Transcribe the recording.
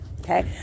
okay